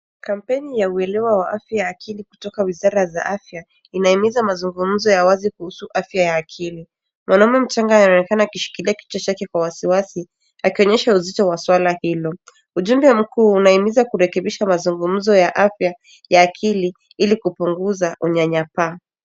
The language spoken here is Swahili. Kampeni ya uelewa wa afya ya akili kutoka Wizara za Afya inahimiza mazungumzo ya wazi kuhusu afya ya akili. Mwanaume mchanga anaonekana akishikilia kichwa chake kwa wasiwasi akionyesha uzito wa suala hilo. Ujumbe mkuu unahimiza kurekebisha mazungumzo ya afya ya akili ili kupunguza unyanyapaa.